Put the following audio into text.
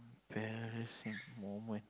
embarrassing moment